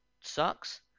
sucks